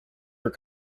your